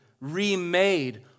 remade